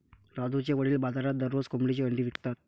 राजूचे वडील बाजारात दररोज कोंबडीची अंडी विकतात